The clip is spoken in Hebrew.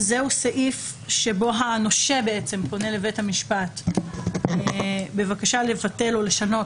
סעיף שבו הנושה פונה לבית המשפט בבקשה לבטל או לשנות